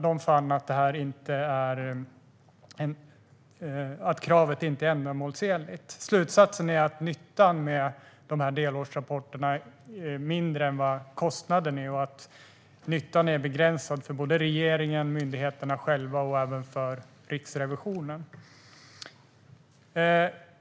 De fann att kravet inte är ändamålsenligt. Slutsatsen är att nyttan med delårsrapporterna är mindre än kostnaden och att nyttan är begränsad för regeringen, myndigheterna själva och Riksrevisionen.